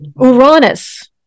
uranus